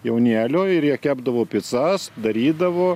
jaunėlio ir jie kepdavo picas darydavo